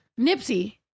Nipsey